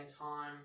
time